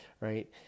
right